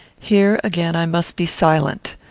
here again i must be silent.